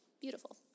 beautiful